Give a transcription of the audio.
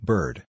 Bird